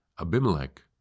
Abimelech